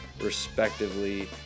respectively